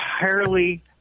entirely